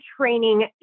training